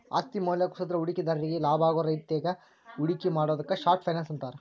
ಆಸ್ತಿ ಮೌಲ್ಯ ಕುಸದ್ರ ಹೂಡಿಕೆದಾರ್ರಿಗಿ ಲಾಭಾಗೋ ರೇತ್ಯಾಗ ಹೂಡಿಕೆ ಮಾಡುದಕ್ಕ ಶಾರ್ಟ್ ಫೈನಾನ್ಸ್ ಅಂತಾರ